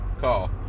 call